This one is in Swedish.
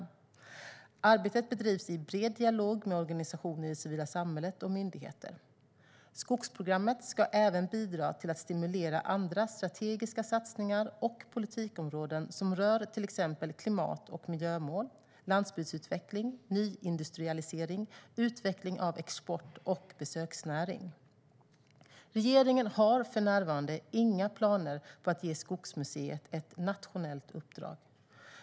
Arbetet bedrivs i bred dialog med organisationer i det civila samhället och myndigheter. Skogsprogrammet ska även bidra till att stimulera andra strategiska satsningar och politikområden som rör till exempel klimat och miljömål, landsbygdsutveckling, nyindustrialisering, utveckling av export och besöksnäring. Regeringen har för närvarande inga planer på att ge Skogsmuseet ett nationellt uppdrag.